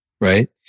right